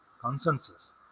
consensus